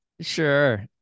sure